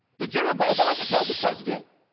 the general goes on to tell the president,